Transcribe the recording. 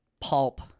pulp